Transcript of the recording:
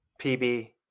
PB